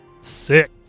Sick